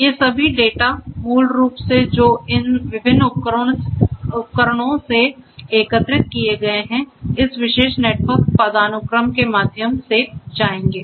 ये सभी डेटा मूल रूप से जो इन विभिन्न उपकरणों से एकत्र किए गए हैं इस विशेष नेटवर्क पदानुक्रम के माध्यम से जाएंगे